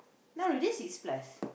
now already six plus